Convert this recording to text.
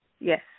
Yes